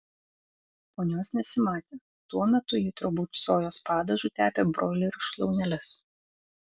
ponios nesimatė tuo metu ji turbūt sojos padažu tepė broilerių šlauneles